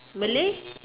Malay